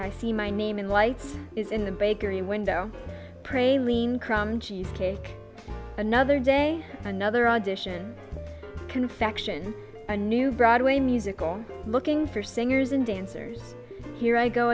i see my name in lights is in the bakery window pray lean crumbed cheesecake another day another audition confection a new broadway musical looking for singers and dancers here i go